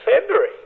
February